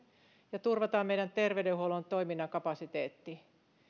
ja turvata meidän terveydenhuoltomme toiminnan kapasiteetti